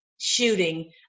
shooting